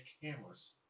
cameras